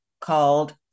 called